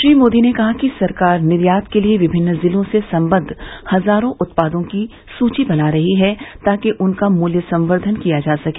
श्री मोदी ने कहा कि सरकार निर्यात के लिए विभिन्न जिलों से संबद्व हजारों उत्पादों की सूची बना रही है ताकि उनका मूल्य संबर्धन किया जा सके